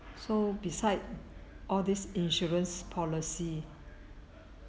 so beside all these insurance policy